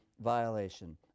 violation